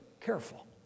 careful